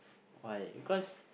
why because